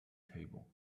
table